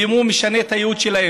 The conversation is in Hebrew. ואם הוא משנה את הייעוד שלה,